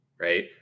right